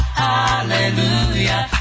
hallelujah